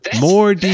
more